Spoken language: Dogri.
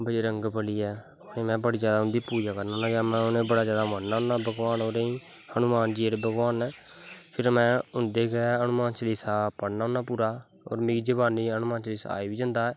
बजरंग वली ऐ में बड़ाजादा उंदी पूज़ा करनां होनां में बड़ा जादा मन्नां होना भगवान होरें गी हनुमान जी जेह्ड़े भगवान नै फिर में उंदे गै हनुमान चलीसा पढ़नां होनां पूरा और मिगीजवानी हनुमान चलिसा आई बी जंदा ऐ